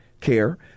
care